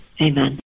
Amen